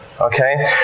Okay